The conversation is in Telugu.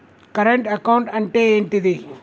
కరెంట్ అకౌంట్ అంటే ఏంటిది?